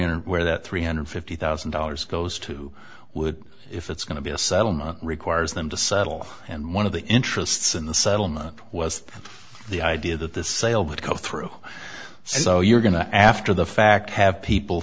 hundred where that three hundred fifty thousand dollars goes to would if it's going to be a settlement requires them to settle and one of the interests in the settlement was the idea that this sale would come through so you're going to after the fact have people